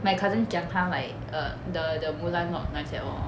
my cousin 讲它 like err the the mulan not nice at all